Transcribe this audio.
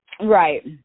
Right